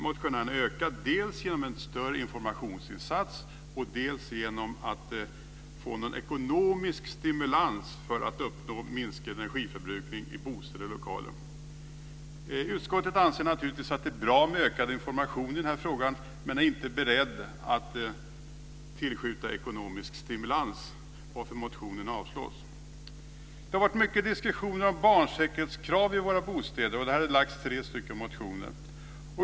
Motionärerna vill genom dels en större informationsinsats, dels någon form av ekonomisk stimulans uppnå en minskning av energiförbrukningen i bostäder och lokaler. Utskottet anser naturligtvis att det är mycket bra med ökad information i denna fråga men är inte berett att tillskjuta ekonomisk stimulans, varför motionen därmed avstyrks. Det har varit mycken diskussion om barnsäkerhetskrav i våra bostäder. Där har lagts tre motioner.